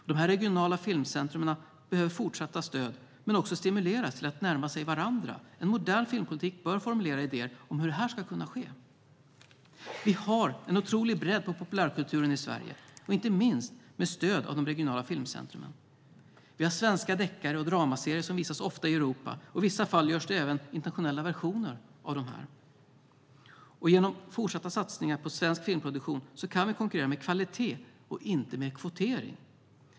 Dessa regionala filmcentrum behöver fortsatt stöd men också stimuleras till att närma sig varandra. En modern filmpolitik bör formulera idéer för hur det ska kunna ske. Vi har en otrolig bredd på populärkulturen i Sverige, inte minst med stöd av de regionala filmcentrumen. Vi har svenska deckare och dramaserier som ofta visas i Europa, och i vissa fall görs det även internationella versioner av dem. Genom fortsatta satsningar på svensk filmproduktion kan vi konkurrera med kvalitet och inte med kvotering.